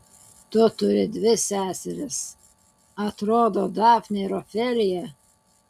tu turi dvi seseris atrodo dafnę ir ofeliją